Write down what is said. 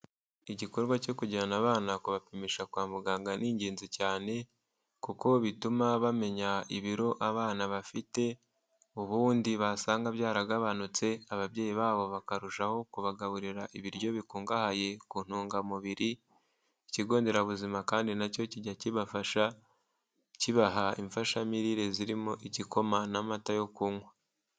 Igikorwa cyo kujyana abana kubapimisha kwa muganga ni ingenzi cyane, kuko bituma bamenya ibiro abana bafite, ubundi basanga byaragabanutse ababyeyi babo bakarushaho kubagaburira ibiryo bikungahaye ku ntungamubiri. Ikigo nderabuzima kandi na cyo kijya kibafasha, kibaha imfashamirire zirimo igikoma n'amata yo kunywa.